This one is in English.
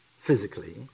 physically